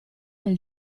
del